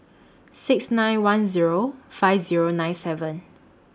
six nine one Zero five Zero nine seven